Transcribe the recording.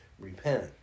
repent